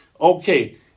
okay